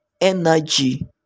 energy